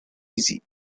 easy